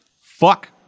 Fuck